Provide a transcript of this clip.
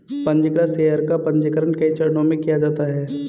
पन्जीकृत शेयर का पन्जीकरण कई चरणों में किया जाता है